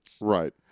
Right